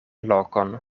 lokon